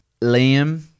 Liam